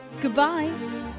Goodbye